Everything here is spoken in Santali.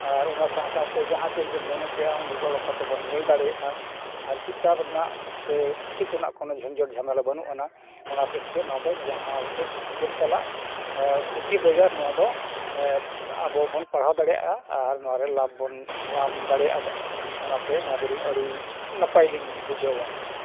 ᱟᱨ ᱚᱱᱟ ᱥᱟᱶ ᱥᱟᱶᱛᱮ ᱡᱟᱦᱟᱸ ᱛᱤ ᱨᱮᱜᱮ ᱢᱚᱱᱮ ᱠᱮᱜᱼᱟ ᱩᱱ ᱨᱮᱜᱮ ᱩᱰᱩᱠ ᱠᱟᱛᱮᱢ ᱧᱮᱞ ᱫᱟᱲᱮᱭᱟᱜᱼᱟ ᱟᱨ ᱠᱤᱛᱟᱹᱵᱽ ᱨᱮᱱᱟᱜ ᱥᱮ ᱯᱩᱛᱷᱤ ᱠᱷᱚᱱᱟᱜ ᱠᱳᱱᱳ ᱡᱷᱩᱱᱡᱷᱟᱴ ᱡᱷᱟᱢᱮᱞᱟ ᱵᱟᱹᱱᱩᱜ ᱟᱱᱟ ᱚᱱᱟ ᱥᱮᱫ ᱱᱚᱣᱟ ᱫᱚ ᱡᱟᱦᱟᱸ ᱥᱮᱫ ᱜᱮᱢ ᱪᱟᱞᱟᱜ ᱯᱩᱛᱷᱤ ᱵᱮᱜᱚᱨ ᱱᱚᱣᱟ ᱫᱚ ᱟᱵᱚ ᱵᱚᱱ ᱯᱟᱲᱦᱟᱣ ᱫᱟᱲᱮᱭᱟᱜᱼᱟ ᱟᱨ ᱱᱚᱣᱟᱨᱮ ᱞᱟᱵᱷ ᱵᱚᱱ ᱧᱟᱢ ᱫᱟᱲᱮᱭᱟᱜᱼᱟ ᱵᱚᱱ ᱚᱱᱟᱛᱮ ᱱᱚᱣᱟ ᱫᱚᱞᱤᱧ ᱟᱹᱰᱤ ᱱᱟᱯᱟᱭ ᱞᱤᱧ ᱵᱩᱡᱷᱟᱹᱣᱟ